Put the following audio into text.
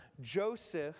Joseph